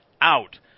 out